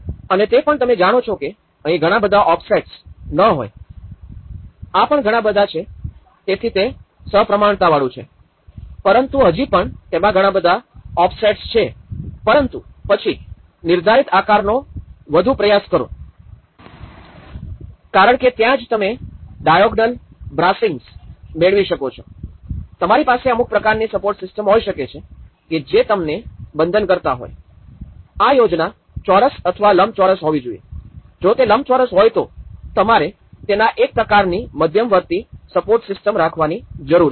અને તે પણ તમે જાણો છો કે અહીં ઘણા બધા ઓફસેટ્સ ન હોય આ પણ ઘણા બધા છે તેથી તે સપ્રમાણતાવાળું છે પરંતુ હજી પણ તેમાં ઘણા બધા ઓફસેટ્સ છે પરંતુ પછી નિર્ધારિત આકારનો વધુ પ્રયાસ કરો કારણ કે ત્યાં જ તમે ડાયોગોનલ બ્રાસીન્ગ મેળવી શકો છો તમારી પાસે અમુક પ્રકારની સપોર્ટ સિસ્ટમ હોઈ શકે છે કે જે તમને બંધનકરતા હોય આ યોજના ચોરસ અથવા લંબચોરસ હોવી જોઈએ જો તે લંબચોરસ હોય તો તમારે તેમાં એક પ્રકારની મધ્યવર્તી સપોર્ટ સિસ્ટમ્સ રાખવાની જરૂર છે